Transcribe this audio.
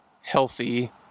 healthy